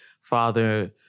father